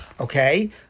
okay